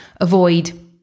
Avoid